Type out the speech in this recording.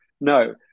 No